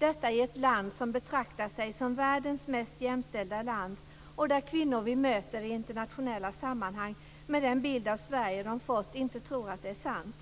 Detta i ett land som betraktar sig som världens mest jämställda land, och kvinnor vi möter i internationella sammanhang, med den bild av Sverige de fått, tror inte att det är sant.